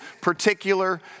particular